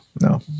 No